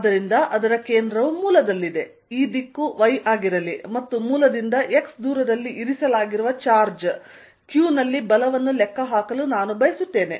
ಆದ್ದರಿಂದ ಅದರ ಕೇಂದ್ರವು ಮೂಲದಲ್ಲಿದೆ ಈ ದಿಕ್ಕು y ಆಗಿರಲಿ ಮತ್ತು ಮೂಲದಿಂದ x ದೂರದಲ್ಲಿ ಇರಿಸಲಾಗಿರುವ ಚಾರ್ಜ್ q ನಲ್ಲಿ ಬಲವನ್ನು ಲೆಕ್ಕಹಾಕಲು ನಾನು ಬಯಸುತ್ತೇನೆ